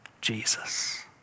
Jesus